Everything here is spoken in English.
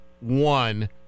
one